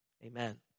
Amen